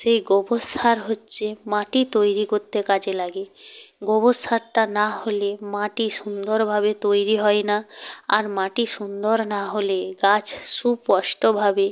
সেই গোবর সার হচ্ছে মাটি তৈরি করতে কাজে লাগে গোবর সারটা না হলে মাটি সুন্দরভাবে তৈরি হয় না আর মাটি সুন্দর না হলে গাছ সুস্পষ্টভাবে